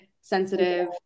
sensitive